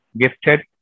gifted